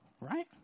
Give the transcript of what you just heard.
right